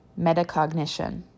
Metacognition